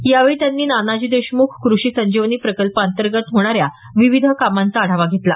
यावेळी त्यांनी नानाजी देशमुख कृषी संजीवनी प्रकल्पाअंतर्गत होणाऱ्या विविध कामांचा आढावा घेतला